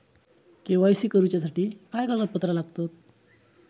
KYC करूच्यासाठी काय कागदपत्रा लागतत?